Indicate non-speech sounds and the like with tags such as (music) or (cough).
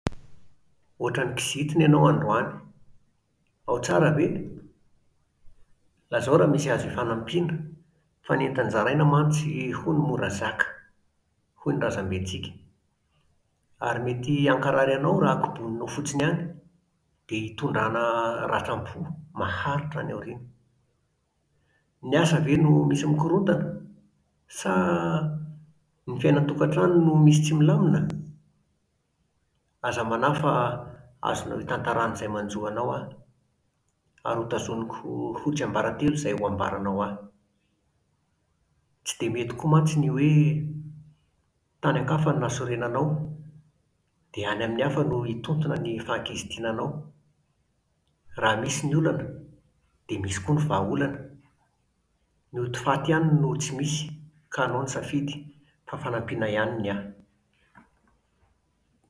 Hoatran’ny kizitina ianao androany, ao tsara ve? Lazao raha misy azo ifanampiana fa ny entan-jaraina mantsy, hono, mora zaka, hoy ny razambentsika. Ary mety hankarary anao raha koboninao fotsiny any, dia hitondrana (hesitation) ratram-po maharitra any aoriana. Ny asa ve no misy mikorontana? Sa (hesitation) ny fiainan-tokantrano no misy tsy milamina? Aza manahy fa (hesitation) azonao itantarana izay manjo anao aho, ary hotazoniko ho tsiambaratelo izay ho ambaranao ahy! Tsy dia mety koa mantsy ny hoe (hesitation) tany an-kafa no nahasorena anao, dia any amin'ny hafa no hitontona ny fahakizitinanao. Raha misy ny olana, dia misy koa ny vahaolana. Ny ody faty ihany no tsy misy, ka anao ny safidy.